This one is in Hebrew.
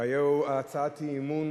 והיתה הצעת אי-אמון